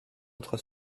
autre